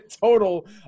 total